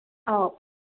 ꯑꯧ